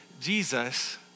Jesus